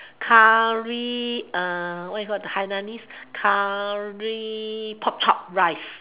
curry uh what you call hainanese curry pork chop rice